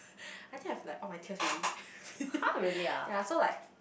I think I've like all my tears already ya so like